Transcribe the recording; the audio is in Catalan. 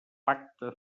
pacte